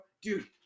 Dude